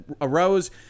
arose